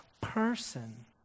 person